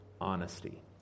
honesty